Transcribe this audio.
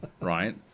right